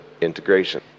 integration